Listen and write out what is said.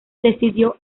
decidió